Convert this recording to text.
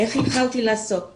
איך התחלתי לעסוק בזה.